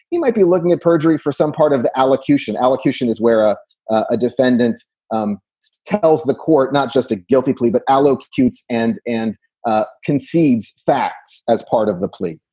he might be looking at perjury for some part of the allocution. allocution is where a a defendant um tells the court not just a guilty plea, but l o. cutes and and ah concedes facts as part of the plea.